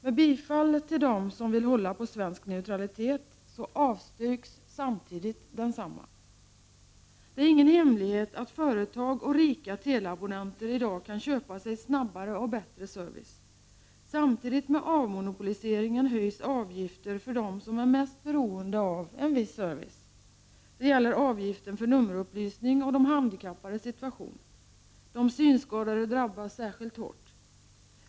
Med bifall till dem som vill hålla på svensk neutralitet avstyrks samtidigt detsamma! Det är ingen hemlighet att företag och rika teleabonnenter i dag kan köpa sig snabbare och bättre service. Samtidigt med avmonopoliseringen höjs avgifter för dem som är mest beroende av en viss service. Det gäller avgiften för nummerupplysning och de handikappades situation. De synskadade drabbas särskilt hårt.